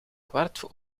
kwart